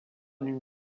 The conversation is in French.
d’une